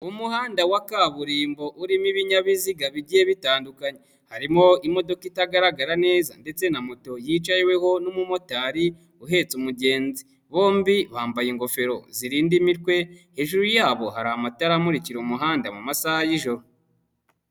Umuhanda wa kaburimbo ,urimo ibinyabiziga bigiye bitandukanye, harimo imodoka itagaragara neza ndetse na moto yicaweho n'umumotari uhetse umugenzi. Bombi bambaye ingofero zirinda imitwe, hejuru yabo hari amatara amurikira umuhanda mu masaha y'ijoro.